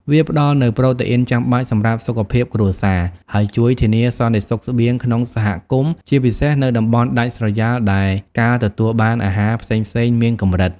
វាផ្តល់នូវប្រូតេអ៊ីនចាំបាច់សម្រាប់សុខភាពគ្រួសារ ហើយជួយធានាសន្តិសុខស្បៀងក្នុងសហគមន៍ ជាពិសេសនៅតំបន់ដាច់ស្រយាលដែលការទទួលបានអាហារផ្សេងៗមានកម្រិត។